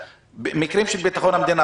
מקרים של ביטחון המדינה,